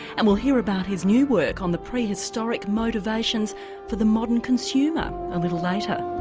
and we'll hear about his new work on the prehistoric motivations for the modern consumer a little later.